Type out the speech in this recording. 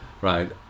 right